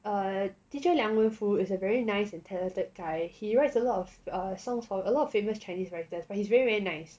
err teacher liang wen fu is a very nice and talented guy he writes a lot of err songs for a lot of famous chinese writers but he's very very nice